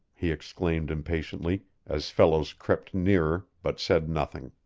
he exclaimed impatiently, as fellows crept nearer, but said nothing.